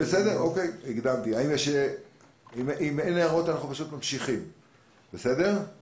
אם אין הערות, אנחנו פשוט ממשיכים הלאה.